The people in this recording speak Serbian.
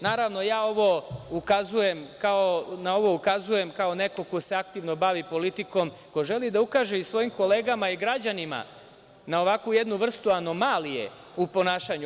Naravno, na ovo ukazujem kao neko ko se aktivno bavi politikom, ko želi da ukaže i svojim kolegama i građanima na ovakvu jednu vrstu anomalije u ponašanju.